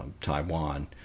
Taiwan